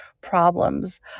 problems